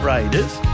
Raiders